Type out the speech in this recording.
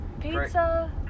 Pizza